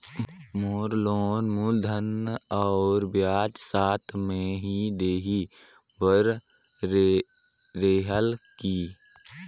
मोर loan मूलधन और ब्याज साथ मे ही देहे बार रेहेल की?